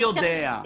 אני יודע.